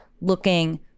looking